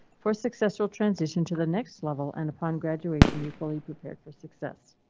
for successful transition to the next level and upon graduation, be fully prepared for success.